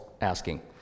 asking